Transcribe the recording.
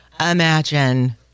Imagine